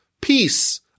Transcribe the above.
peace